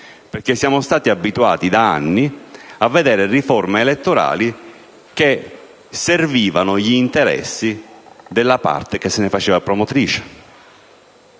perché siamo stati abituati da anni a vedere riforme elettorali che servivano gli interessi della parte che se ne faceva promotrice.